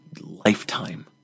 lifetime